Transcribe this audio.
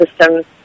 systems